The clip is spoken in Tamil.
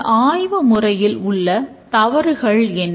இந்த ஆய்வு நடைமுறையில் உள்ள தவறுகள் என்ன